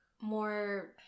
more